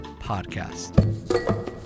Podcast